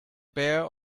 bare